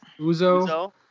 Uzo